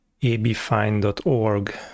abfind.org